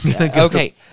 Okay